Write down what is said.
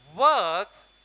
works